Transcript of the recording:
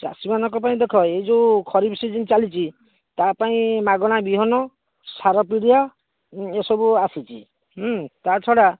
ଚାଷୀମାନଙ୍କ ପାଇଁ ଦେଖ ଏଇ ଯୋଉ ଖରିଫ୍ ସିଜିନ୍ ଚାଲିଛି ତା'ପାଇଁ ମାଗଣା ବିହନ ସାର ପୁଡ଼ିଆ ଏସବୁ ଆସୁଛି ହୁଁ ତା ଛଡ଼ା